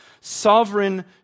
sovereign